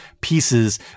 pieces